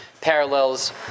parallels